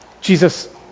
Jesus